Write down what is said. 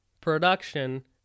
production